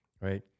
right